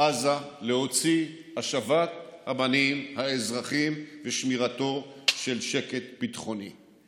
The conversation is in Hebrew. עזה להוציא השבת הבנים האזרחים ושמירתו של שקט ביטחוני.